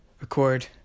record